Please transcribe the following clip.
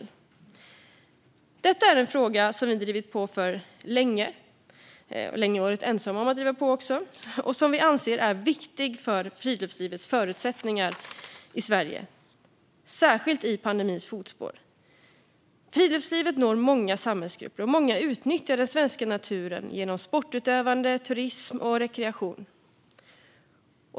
Detta är en fråga vi länge drivit på för och även länge varit ensamma om att driva på för, och vi anser att den är viktig för friluftslivets förutsättningar i Sverige, särskilt i pandemins fotspår. Friluftslivet når många samhällsgrupper, och många nyttjar den svenska naturen för sportutövande, turism och rekreation.